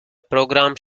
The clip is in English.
programme